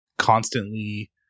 Constantly